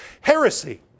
heresy